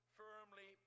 firmly